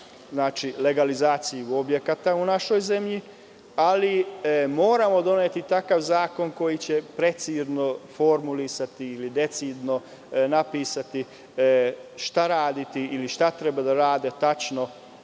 oblast, legalizaciju objekata u našoj zemlji, ali moramo doneti takav zakon koji će precizno formulisati, ili decidno napisati šta raditi, ili šta treba tačno